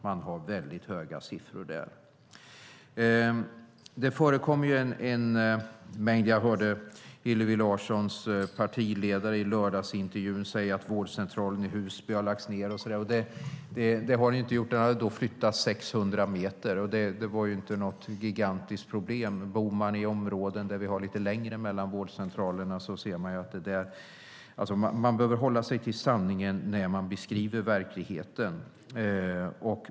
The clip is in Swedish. Man ger höga siffror där. Jag hörde Hillevi Larssons partiledare säga i en intervju i lördags att vårdcentralen i Husby har lagts ned. Det har den inte, utan den har flyttats 600 meter. Det är inte något gigantiskt problem. Bor man i områden med lite längre mellan vårdcentralerna inser man det. Man behöver hålla sig till sanningen när man beskriver verkligheten.